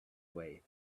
way